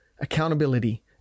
accountability